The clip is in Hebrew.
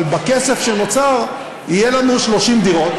אבל בכסף שנוצר יהיו לנו 30 דירות.